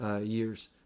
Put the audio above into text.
years